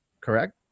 correct